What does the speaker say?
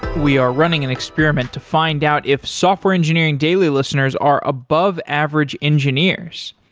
we are running an experiment to find out if software engineering daily listeners are above average engineers.